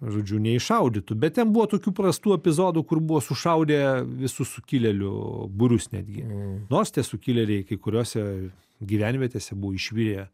žodžiu neiššaudytų bet ten buvo tokių prastų epizodų kur buvo sušaudę visus sukilėlių būrius netgi nors tie sukilėliai kai kuriose gyvenvietėse buvo išviję